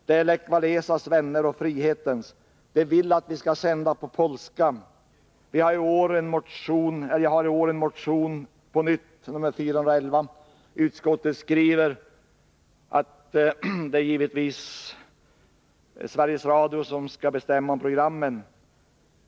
Det är Lech Walesas och frihetens vänner. De vill att vi skall sända på polska. Jag har i år på nytt väckt en motion, nr 411. Utskottet skriver att det givetvis är Sveriges Radio som skall bestämma om programmen.